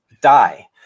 die